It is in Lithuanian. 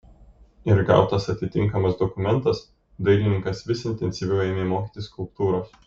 ir gautas atitinkamas dokumentas dailininkas vis intensyviau ėmė mokytis skulptūros